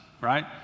right